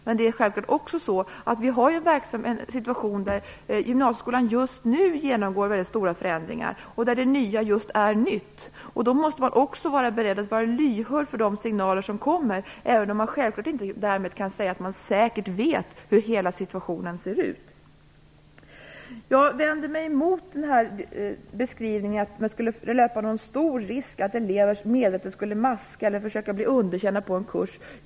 Men det är självklart också så att situationen är den att gymnasieskolan just nu genomgår väldigt stora förändringar och där det nya just är nytt. Då måste man också vara beredd att vara lyhörd för de signaler som kommer, även om man självklart därmed inte kan säga att man säkert vet hur hela situationen ser ut. Jag vänder mig mot beskrivningen att man skulle löpa någon stor risk för att elever medvetet maskar eller försöker bli underkända på en kurs.